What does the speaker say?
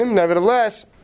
nevertheless